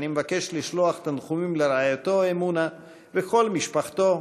אני מבקש לשלוח תנחומים לרעייתו אמונה ולכל משפחתו,